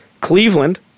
Cleveland